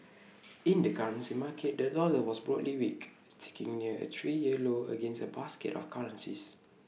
in the currency market the dollar was broadly weak sticking near A three year low against A basket of currencies